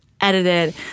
edited